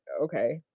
okay